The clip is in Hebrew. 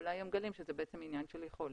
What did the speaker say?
אולי היו מגלים שזה בעצם עניין של יכולת.